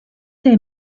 they